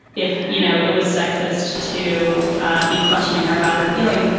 if you know it was sexist to be questioning her about her feelings.